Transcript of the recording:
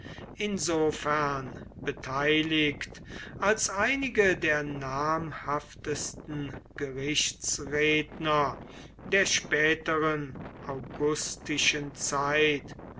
insofern beteiligt als einige der namhaftesten gerichtsredner der späteren augustischen zeit